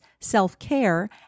self-care